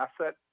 asset